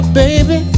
baby